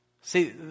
See